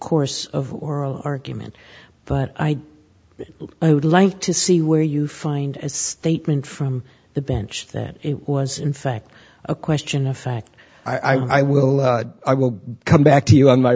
course of oral argument but i would like to see where you find a statement from the bench that it was in fact a question of fact i will i will come back to you on my